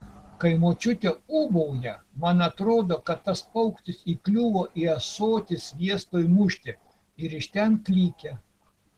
kai močiutė ūbauja man atrodo kad tas paukštis įkliuvo į ąsotį sviestui mušti ir iš ten klykia